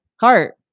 heart